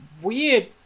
weird